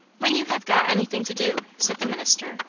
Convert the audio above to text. when you have got anything to do, said the minister,